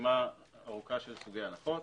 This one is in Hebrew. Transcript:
רשימה ארוכה של סוגי הנחות,